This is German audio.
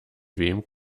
wem